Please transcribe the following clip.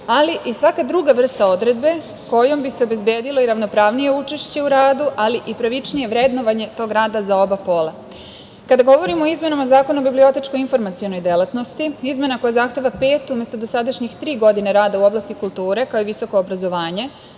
ali i svaka druga vrsta odredbe kojom bi se obezbedilo i ravnopravnije učešće u radu, ali i pravičnije vrednovanje tog rada za oba pola. Kada govorimo i izmenama Zakona o bibliotečko-informacionoj delatnosti, izmena koja zahteva pet, umesto dosadašnjih tri, godine rada u oblasti kulture kao i visoko obrazovanje.